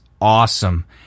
awesome